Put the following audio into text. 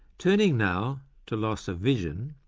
turning now to loss of vision,